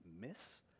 miss